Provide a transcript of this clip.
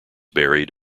buried